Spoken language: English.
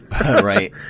Right